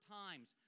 times